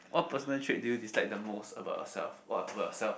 what personal trait do you dislike the most about yourself what about yourself